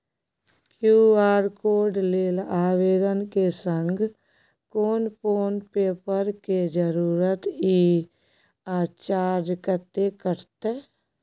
QR code लेल आवेदन के संग कोन कोन पेपर के जरूरत इ आ चार्ज कत्ते कटते?